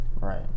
Right